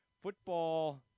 football